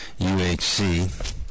UHC